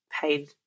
paid